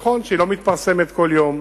נכון שהיא לא מתפרסמת כל יום,